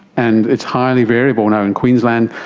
and it's highly variable now in queensland,